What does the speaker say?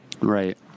Right